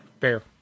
Fair